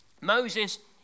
Moses